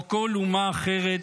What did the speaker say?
כמו כל אומה אחרת,